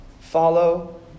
follow